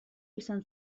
izan